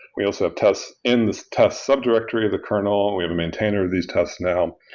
we also have tests in this test subdirectory of the kernel. and we have a maintainer of these tests now,